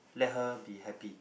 let her be happy